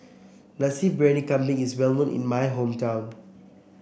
Nasi Briyani Kambing is well known in my hometown